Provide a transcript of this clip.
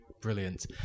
Brilliant